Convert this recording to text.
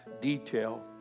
detail